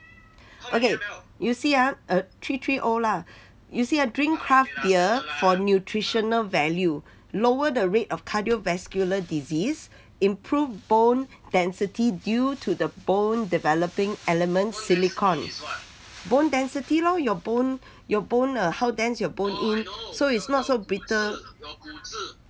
okay you see ah err three three o lah you see ah drink craft beer for nutritional value lower the risk of cardiovascular disease improved bone density due to the bone developing elements silicone bone density lor your bone your bone err how dense your bone is so it's not a brittle